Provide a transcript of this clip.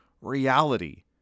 reality